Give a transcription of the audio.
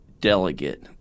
delegate